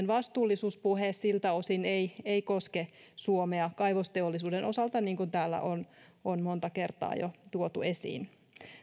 vastuullisuuspuhe siltä osin ei ei koske suomea kaivosteollisuuden osalta niin kuin täällä on on monta kertaa jo tuotu esiin